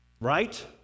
right